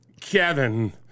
Kevin